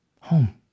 Home